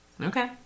Okay